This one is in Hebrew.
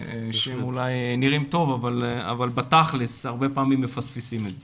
שאולי נראים טוב אבל בתכל'ס הרבה פעמים מפספסים את זה.